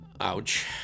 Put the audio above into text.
ouch